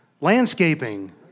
Landscaping